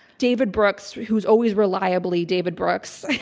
david brooks, who's always reliably david brooks,